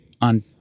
on